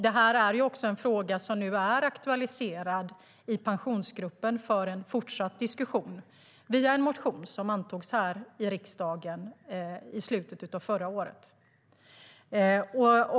Det här är också en fråga som nu är aktualiserad för fortsatt diskussion i Pensionsgruppen via en motion som antogs här i riksdagen i slutet av förra året.